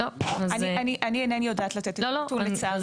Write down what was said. איני יודעת לתת את הנתון לצערי.